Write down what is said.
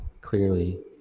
clearly